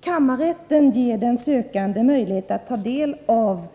Kammarrätten ger den sökande möjlighet att ta del av